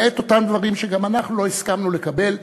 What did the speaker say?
למעט אותם דברים שגם אנחנו לא הסכמנו לקבל,